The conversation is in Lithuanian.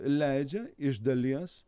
leidžia iš dalies